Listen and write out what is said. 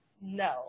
No